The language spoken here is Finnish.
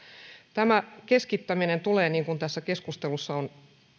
tämä keskittäminen tulee niin kuin tässä keskustelussa on